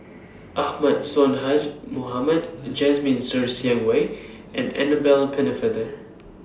Ahmad Sonhadji Mohamad Jasmine Ser Xiang Wei and Annabel Pennefather